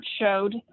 showed